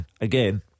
again